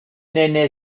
nenne